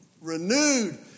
renewed